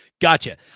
Gotcha